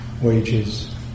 wages